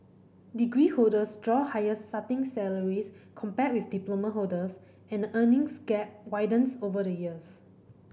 degree holders draw higher starting salaries compared with diploma holders and the earnings gap widens over the years